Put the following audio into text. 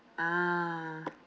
ah